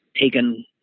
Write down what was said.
taken